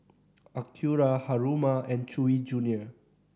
Acura Haruma and Chewy Junior